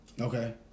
Okay